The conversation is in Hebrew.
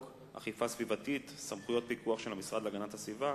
אכיפה סביבתית (סמכויות פיקוח של המשרד להגנת הסביבה),